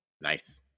Nice